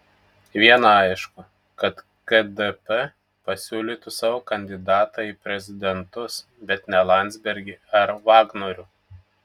viena aišku kad kdp pasiūlytų savo kandidatą į prezidentus bet ne landsbergį ar vagnorių